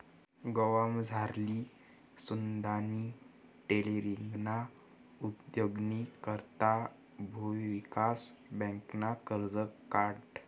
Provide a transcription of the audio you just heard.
गावमझारली सुनंदानी टेलरींगना उद्योगनी करता भुविकास बँकनं कर्ज काढं